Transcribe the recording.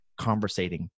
conversating